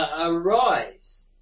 arise